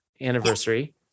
anniversary